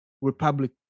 republic